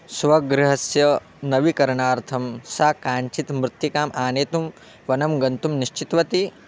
स्वगृहस्य नवीकरणार्थं सा काञ्चित् मृत्तिकाम् आनेतुं वनं गन्तुं निश्चितवती